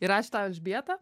ir ačiū tau elžbieta